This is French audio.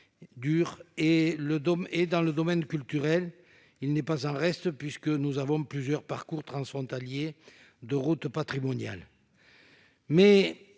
d'Ur ; le domaine culturel n'est pas en reste, puisque nous avons plusieurs parcours transfrontaliers de routes patrimoniales.